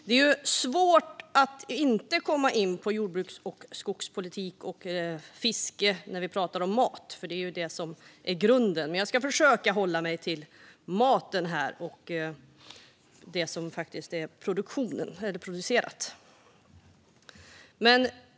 Det är svårt att inte komma in på jordbruks och skogspolitik och fiske när vi pratar om mat, för det är ju detta som är grunden. Jag ska dock försöka att hålla mig till maten och det som rör produktionen.